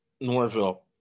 Norville